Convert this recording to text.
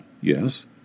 Yes